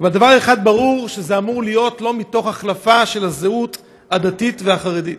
אבל דבר אחד ברור: זה אמור להיות לא מתוך החלפה של הזהות הדתית והחרדית.